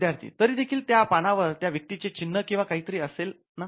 विद्यार्थी तरी देखील त्या पानावर त्या व्यक्तीचे चिन्ह किंवा काहीतरी तरी असेल ना